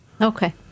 Okay